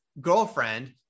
girlfriend